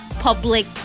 public